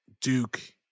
Duke